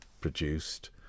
produced